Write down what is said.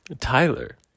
Tyler